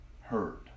heard